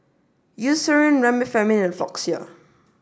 Eucerin Remifemin and Floxia